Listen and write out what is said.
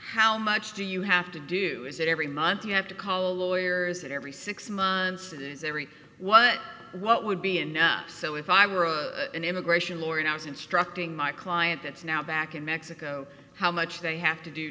how much do you have to do is it every month you have to call lawyers in every six months or days every what what would be enough so if i were a an immigration lawyer and i was instructing my client that's now back in mexico how much they have to do